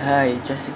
hi jessica